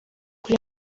kuri